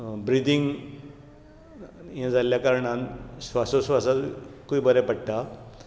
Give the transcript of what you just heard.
breathing हें जाल्या कारणान स्वासोस्वासाकय बऱ्याक पडटा